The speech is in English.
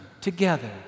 together